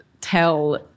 tell